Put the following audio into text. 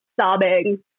sobbing